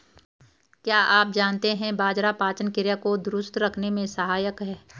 क्या आप जानते है बाजरा पाचन क्रिया को दुरुस्त रखने में सहायक हैं?